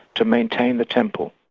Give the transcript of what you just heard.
to maintain the temple.